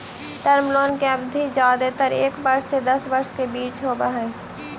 term loan के अवधि जादेतर एक वर्ष से दस वर्ष के बीच होवऽ हई